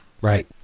Right